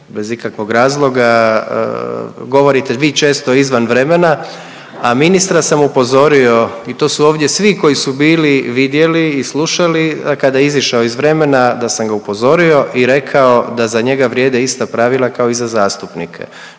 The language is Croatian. bez ikakvog razloga, govorite vi često izvan vremena, a ministra sam upozorio i to su ovdje svi koji su bili vidjeli i slušali, a kada je izišao iz vremena da sam ga upozorio i rekao da za njega vrijede ista pravila kao i za zastupnike.